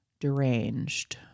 deranged